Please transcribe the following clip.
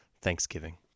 Thanksgiving